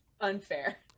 unfair